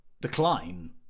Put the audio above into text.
decline